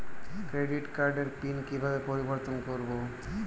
Credit কার্ডের pin কিভাবে পরিবর্তন করবো?